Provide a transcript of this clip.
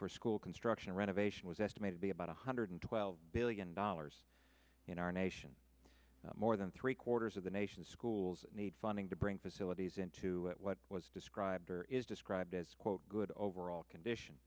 for school construction renovation was estimated be about one hundred twelve billion dollars in our nation more than three quarters of the nation's schools need funding to bring facilities into what was described or is described as quote good overall condition